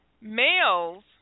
males